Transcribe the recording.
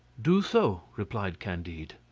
do so, replied candide.